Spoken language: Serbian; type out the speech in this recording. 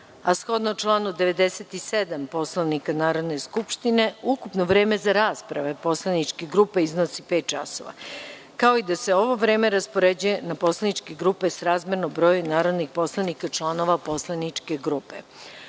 a shodno članu 97. Poslovnika Narodne skupštine, ukupno vreme za raspravu poslaničkih grupa iznosi pet časova, kao i da se ovo vreme raspoređuje na poslaničke grupe srazmerno broju narodnih poslanika članova poslaničke grupe. Pošto